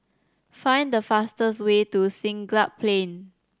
find the fastest way to Siglap Plain